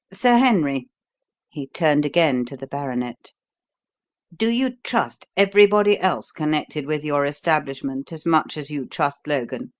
sir henry he turned again to the baronet do you trust everybody else connected with your establishment as much as you trust logan?